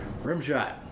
Rimshot